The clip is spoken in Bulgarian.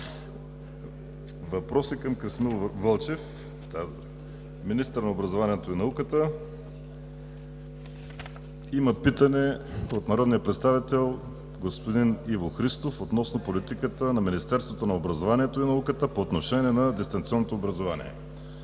към господин Красимир Вълчев – министър на образованието и науката. Има питане от народния представител господин Иво Христов относно политиката на Министерството на образованието и науката по отношение на дистанционното образование.